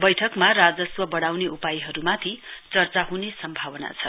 बैठकमा राजस्व बढ़ाउने उपायहरुमाथि चर्च हुने सम्भावना छ